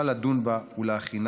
רים להצעת החוק הבאה.